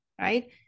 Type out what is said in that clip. Right